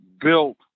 built